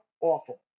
awful